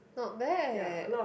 not bad